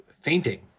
fainting